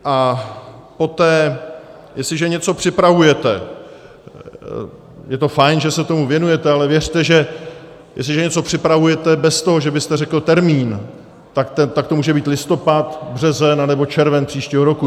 A poté, jestliže něco připravujete, je to fajn, že se tomu věnujete, ale věřte, že jestliže něco připravujete bez toho, že byste řekl termín, tak to může být listopad, březen nebo červen příštího roku.